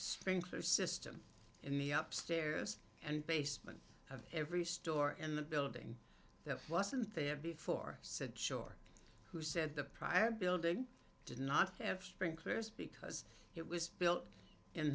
sprinkler system in the up stairs and basement of every store in the building that wasn't there before said sure who said the prior building did not have sprinklers because it was built in